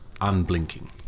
unblinking